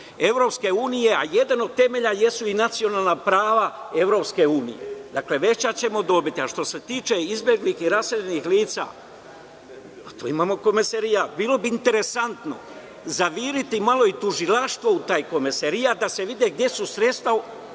politike EU, a jedan od temelja jesu i nacionalna prava EU. Dakle, veća ćemo dobiti. Što se tiče izbeglih i raseljenih lica, tu imamo Komesarijat. Bilo bi interesantno zaviriti malo i tužilaštvo u taj Komesarijat, da se vidi gde su sredstva oticala,